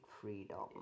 freedom